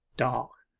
dark,